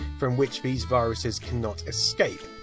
from which these viruses cannot escape.